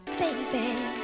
baby